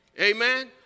Amen